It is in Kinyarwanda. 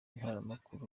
ntaramakuru